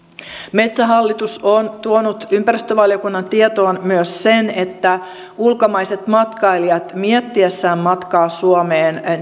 metsähallitus on tuonut ympäristövaliokunnan tietoon myös sen että ulkomaiset matkailijat miettiessään matkaa suomeen